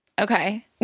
Okay